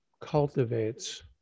cultivates